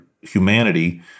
humanity